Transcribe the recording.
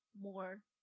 more